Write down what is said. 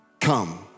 Come